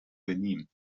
benin